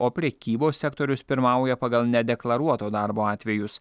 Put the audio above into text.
o prekybos sektorius pirmauja pagal nedeklaruoto darbo atvejus